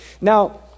Now